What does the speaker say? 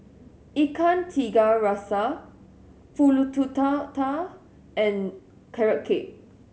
Ikan Tiga Rasa Pulut Tatal and Carrot Cake